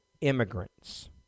immigrants